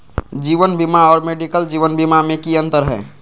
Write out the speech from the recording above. जीवन बीमा और मेडिकल जीवन बीमा में की अंतर है?